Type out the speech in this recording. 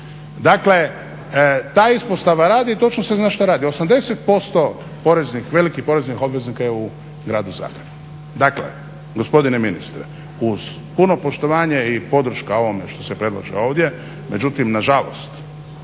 Dakle, ta ispostava radi i točno se zna što radi. 80% velikih poreznih obveznika je u gradu Zagrebu. Dakle, gospodine ministre uz puno poštovanje i podrška ovome što se predlaže ovdje. Međutim, na žalost